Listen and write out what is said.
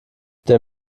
der